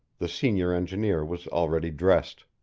the senior engineer was already dressed.